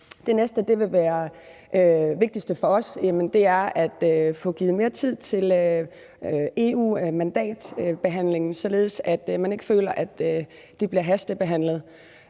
Det næste, som vil være det vigtigste for os, er at få givet mere tid til EU-mandatbehandlingen, således at man ikke føler, at det bliver hastebehandlet.